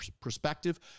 perspective